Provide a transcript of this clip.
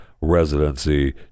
residency